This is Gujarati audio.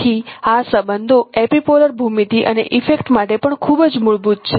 તેથી આ સંબંધો એપિપોલર ભૂમિતિ અને ઇફેક્ટ માટે પણ ખૂબ જ મૂળભૂત છે